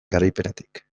garaipenetik